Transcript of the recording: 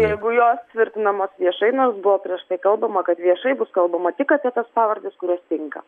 jeigu jos tvirtinamos viešai nors buvo prieš tai kalbama kad viešai bus kalbama tik apie tas pavardes kurios tinka